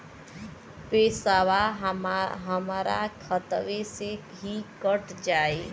पेसावा हमरा खतवे से ही कट जाई?